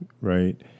right